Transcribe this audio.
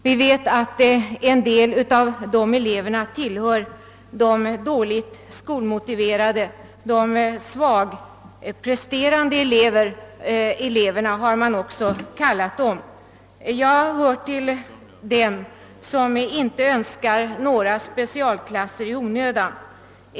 Vi vet att en del av eleverna där tillhör de dåligt skolmotiverade eller, som man också kallat dem, de svagpresterande eleverna. Jag hör till dem som inte önskar några specialklasser i onödan.